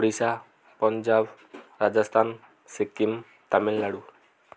Odisha Punjab Rajasthan Sikkim Tamil Nadu